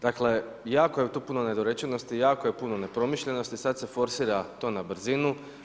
Dakle jako je tu puno nedorečenosti, jako je puno nepromišljenosti, sada se forsira to na brzinu.